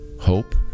hope